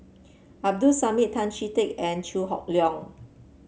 Abdul Samad Tan Chee Teck and Chew Hock Leong